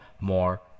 more